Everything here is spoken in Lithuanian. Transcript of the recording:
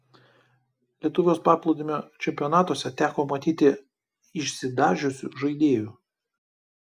lietuvos paplūdimio čempionatuose teko matyti išsidažiusių žaidėjų